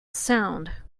sound